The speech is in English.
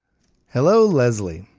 deghello lesley.